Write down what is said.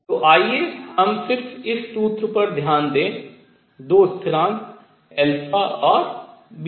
तो आइए हम सिर्फ इस सूत्र पर ध्यान दें दो स्थिरांक α और β